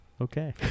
Okay